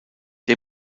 der